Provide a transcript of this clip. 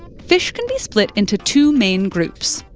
fish can be split into two main groups,